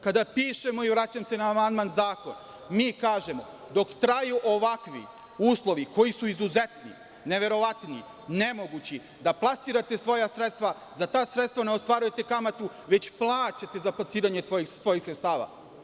Kada pišemo, vraćam se na amandman, zakon mi kažemo – dok traju ovakvi uslovi koji su izuzetni, neverovatni, nemogući, da plasirate svoja sredstva, za ta sredstva ne ostvarujete kamatu, već plaćate za plasiranje svojih sredstava.